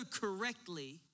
correctly